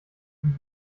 dem